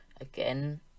again